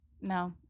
no